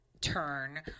turn